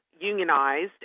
unionized